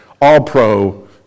all-pro